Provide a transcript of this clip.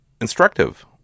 instructive